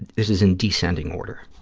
this is in descending order,